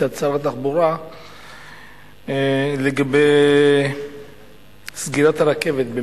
מצד שר התחבורה לגבי סגירת הרכבת אם